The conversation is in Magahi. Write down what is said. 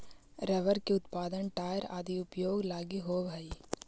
रबर के उत्पादन टायर आदि उद्योग लगी होवऽ हइ